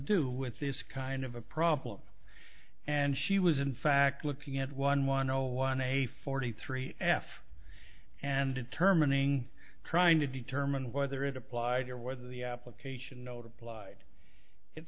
do with this kind of a problem and she was in fact looking at one one zero one a forty three f and determining trying to determine whether it applied or whether the application note applied it